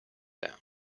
down